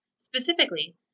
Specifically